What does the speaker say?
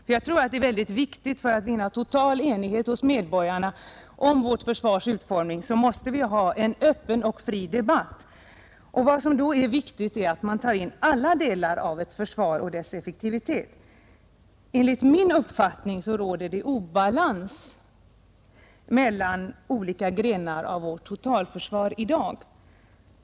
För att vinna total enighet hos medborgarna om vårt försvars utformning måste vi ha en öppen och fri debatt. Vad som då är viktigt är att man tar in alla delar av ett försvar och dess effektivitet. Enligt min uppfattning råder det obalans mellan olika grenar av vårt totalförsvar i dag.